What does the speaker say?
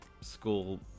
school